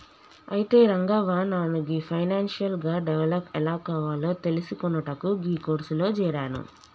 అయితే రంగవ్వ నాను గీ ఫైనాన్షియల్ గా డెవలప్ ఎలా కావాలో తెలిసికొనుటకు గీ కోర్సులో జేరాను